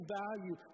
value